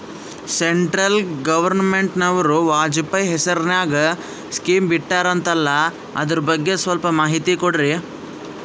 Central ಗವರ್ನಮೆಂಟನವರು ವಾಜಪೇಯಿ ಹೇಸಿರಿನಾಗ್ಯಾ scheme ಬಿಟ್ಟಾರಂತಲ್ಲ ಅದರ ಬಗ್ಗೆ ಸ್ವಲ್ಪ ಮಾಹಿತಿ ಕೊಡ್ರಿ?